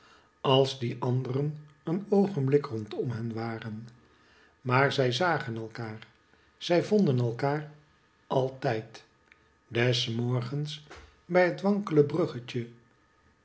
als die anderen een oogenblik rondom hen waren maar zij zagen elkaar zij vonden elkaar altijd des morgens bij het wankele bruggetje